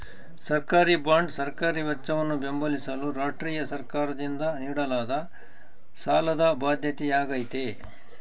ಸರ್ಕಾರಿಬಾಂಡ್ ಸರ್ಕಾರಿ ವೆಚ್ಚವನ್ನು ಬೆಂಬಲಿಸಲು ರಾಷ್ಟ್ರೀಯ ಸರ್ಕಾರದಿಂದ ನೀಡಲಾದ ಸಾಲದ ಬಾಧ್ಯತೆಯಾಗೈತೆ